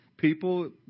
People